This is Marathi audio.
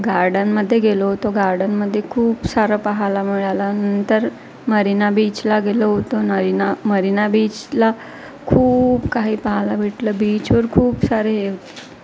गार्डनमध्ये गेलो होतो गार्डनमध्ये खूप सारं पाहायला मिळाल्या नंतर मरीना बीचला गेलो होतो नरीना मरीना बीचला खूप काही पाहायला भेटलं बीचवर खूप सारे हे होते